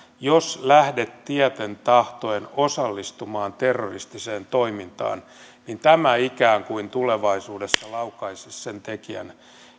jos lähdet tieten tahtoen osallistumaan terroristiseen toimintaan ja tämä ikään kuin tulevaisuudessa laukaisisi sen tekijän